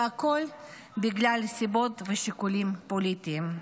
והכול בגלל סיבות ושיקולים פוליטיים.